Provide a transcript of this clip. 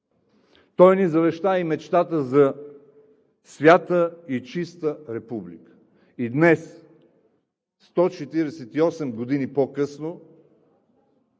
Той ни завеща и мечтата за „свята и чиста република“! И днес, 148 години по-късно,